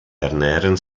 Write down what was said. ernähren